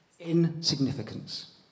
insignificance